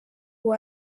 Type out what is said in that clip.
uwo